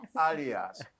alias